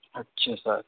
اچھا سر